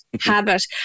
habit